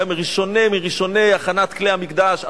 היה מהראשונים בהכנת כלי המקדש,